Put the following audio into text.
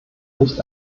nicht